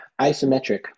isometric